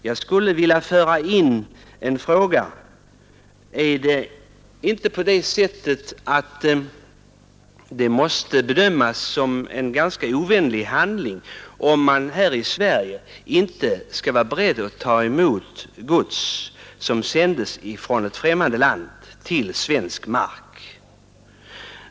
Jag skulle vilja föra in en fråga: Måste det inte bedömas som en ganska ovänlig handling, om man här i Sverige inte skall vara beredd att ta emot gods som sändes från ett främmande land till svensk mark?